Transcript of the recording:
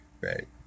Right